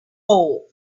hole